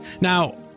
Now